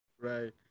Right